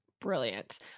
Brilliant